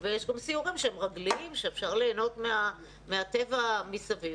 יש גם סיורים רגליים, שאפשר ליהנות מהטבע מסביב.